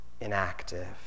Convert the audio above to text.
inactive